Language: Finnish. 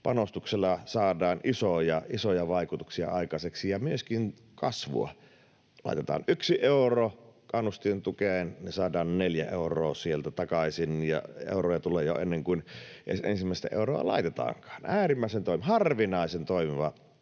panostuksella saadaan isoja, isoja vaikutuksia aikaiseksi ja myöskin kasvua. Kun laitetaan yksi euro kannustintukeen, niin saadaan neljä euroa sieltä takaisin. Euroja tulee jo ennen kuin ensimmäistä euroa laitetaankaan — äärimmäisen toimiva, harvinaisen toimiva